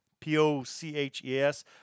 P-O-C-H-E-S